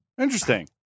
interesting